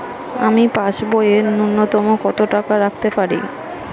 আমি পাসবইয়ে ন্যূনতম কত টাকা রাখতে পারি?